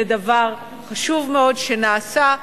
זה דבר חשוב מאוד שנעשה.